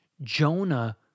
Jonah